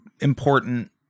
important